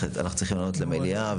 אנחנו צריכים לעלות למליאה.